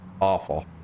Awful